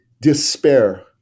despair